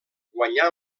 guanyà